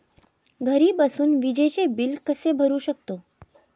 घरी बसून विजेचे बिल कसे भरू शकतो?